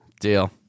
Deal